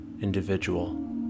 individual